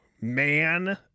man